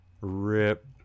Rip